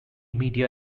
media